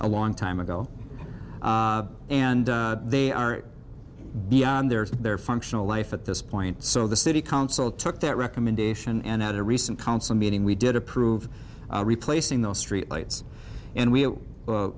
a long time ago and they are beyond their their functional life at this point so the city council took that recommendation and at a recent council meeting we did approve replacing the street lights and we